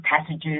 passages